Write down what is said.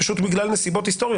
פשוט בגלל נסיבות היסטוריות.